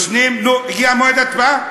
ישנים, נו, הגיע מועד ההצבעה?